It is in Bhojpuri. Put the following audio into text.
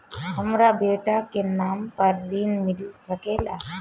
हमरा बेटा के नाम पर ऋण मिल सकेला?